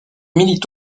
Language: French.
milite